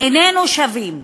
איננו שווים,